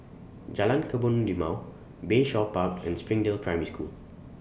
Jalan Kebun Limau Bayshore Park and Springdale Primary School